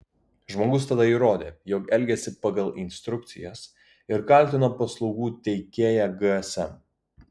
žmogus tada įrodė jog elgėsi pagal instrukcijas ir kaltino paslaugų teikėją gsm